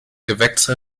gewächse